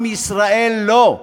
עם ישראל לא.